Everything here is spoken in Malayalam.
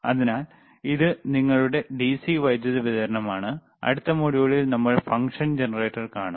അതിനാൽ ഇത് നിങ്ങളുടെ ഡിസി വൈദ്യുതി വിതരണമാണ് അടുത്ത മോഡ്യൂളിൽ നമ്മൾ ഫംഗ്ഷൻ ജനറേറ്റർ കാണും